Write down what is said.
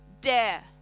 dare